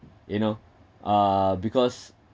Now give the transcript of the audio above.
you know uh because